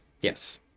Yes